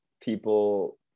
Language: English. people